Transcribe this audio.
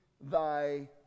thy